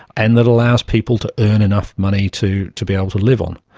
and that allows people to earn enough money to to be able to live on.